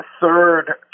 third